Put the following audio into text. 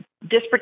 disparate